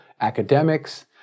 academics